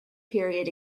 period